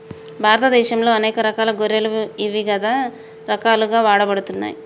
భారతదేశంలో అనేక రకాల గొర్రెలు ఇవిధ రకాలుగా వాడబడుతున్నాయి